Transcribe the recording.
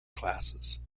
classes